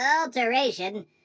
alteration